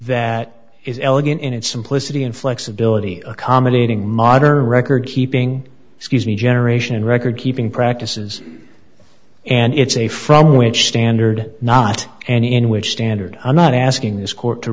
that is elegant in its simplicity and flexibility accommodating modern record keeping excuse me generation in record keeping practices and it's a from which standard not and in which standard i'm not asking this court to